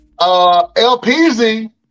LPZ